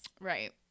Right